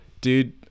dude